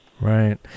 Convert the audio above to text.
Right